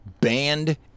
banned